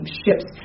ships